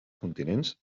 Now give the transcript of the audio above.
continents